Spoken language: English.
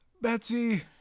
betsy